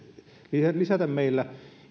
lisätä meillä